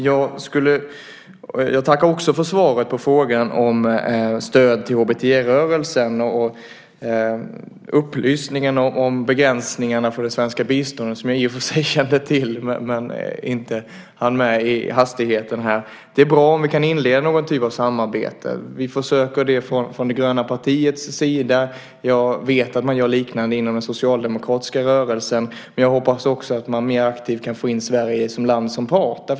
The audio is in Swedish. Jag tackar också för svaret på frågan om stöd till HBT-rörelsen och upplysningen om begränsningarna för det svenska biståndet, som jag i och för sig kände till men inte hann med i hastigheten. Det är bra om vi kan inleda någon typ av samarbete. Vi försöker göra det från det gröna partiets sida, och jag vet att man gör liknande försök inom den socialdemokratiska rörelsen. Jag hoppas dock att man även mer aktivt kan få in Sverige som land som part.